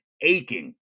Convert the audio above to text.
aching